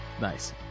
Nice